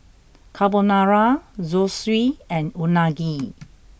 Carbonara Zosui and Unagi